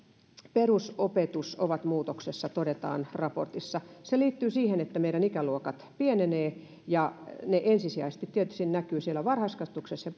perusopetus ovat muutoksessa todetaan raportissa se liittyy siihen että meidän ikäluokkamme pienenevät ja se ensisijaisesti tietysti näkyy siellä varhaiskasvatuksessa